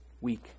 week